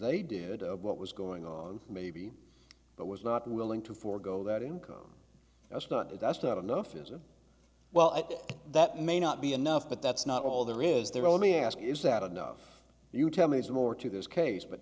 they did of what was going on maybe but was not willing to forego that income that's not that's not enough is a well that may not be enough but that's not all there is there only ask is that enough you tell me it's more to this case but